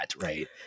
right